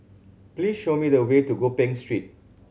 please show me the way to Gopeng Street